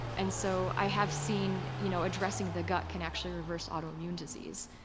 and so i have seen you know addressing the gut can actually reverse autoimmune disease.